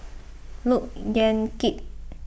Look Yan Kit